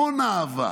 המון אהבה.